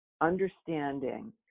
understanding